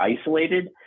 isolated